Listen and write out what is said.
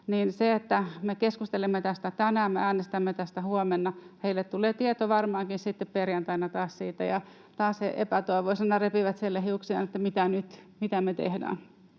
Me keskustelemme tästä tänään, me äänestämme tästä huomenna, ja heille tulee siitä tieto varmaankin sitten perjantaina, ja taas he epätoivoisina repivät siellä hiuksiaan, että mitä nyt, mitä me tehdään.